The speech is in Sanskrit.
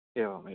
एवं एवं